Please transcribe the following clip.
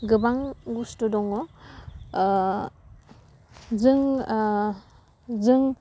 गोबां बस्थु दङ ओह जों जों